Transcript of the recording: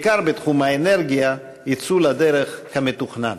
בעיקר בתחום האנרגיה, יצאו לדרך כמתוכנן.